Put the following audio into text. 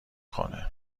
کنه